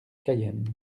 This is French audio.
cayenne